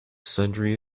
sundry